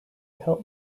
help